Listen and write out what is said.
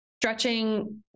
stretching